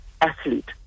athlete